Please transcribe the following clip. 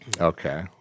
Okay